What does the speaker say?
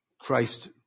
Christ